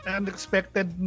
unexpected